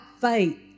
faith